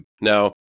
Now